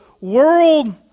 world